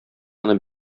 аны